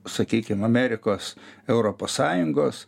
sakykim amerikos europos sąjungos